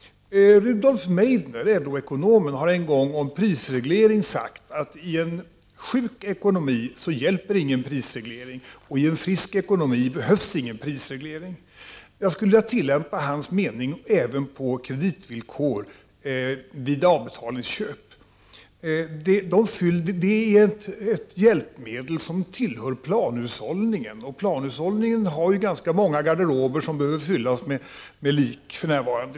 Rudolf Meidner, LO-ekonomen, har en gång om prisreglering sagt att i en sjuk ekonomi hjälper ingen prisreglering, och i en frisk ekonomi behövs ingen prisreglering. Jag skulle vilja tillämpa hans mening även på kreditvillkoren för avbetalningsköp. Dessa villkor är ett hjälpmedel som tillhör planhushållningen, och planhushållningen har ju för närvarande ganska många garderober som behöver fyllas med lik.